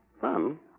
Fun